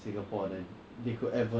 ya because 他们的车比较便宜 [what]